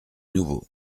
nouveau